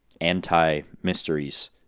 anti-mysteries